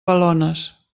balones